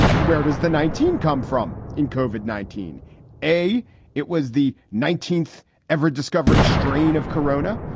where does the nineteen come from? in covered nineteen a it was the nineteenth ever discovered strain of corona.